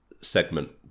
segment